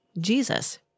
Jesus